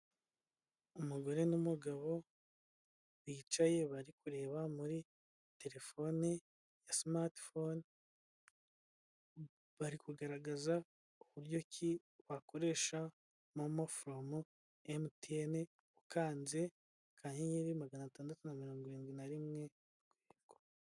Umugore n'umugabo bicaye bari kureba muri telefone ya simati fone bari kugaragaza uburyo ki wakoresha momo foromu mtne ukanze akanyenyeri magana atandatu na mirongo irindwi na rimwe.